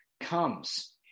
comes